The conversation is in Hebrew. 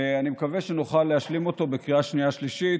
ואני מקווה שנוכל להשלים אותו בקריאה שנייה ושלישית,